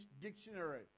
dictionary